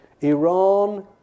Iran